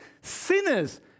sinners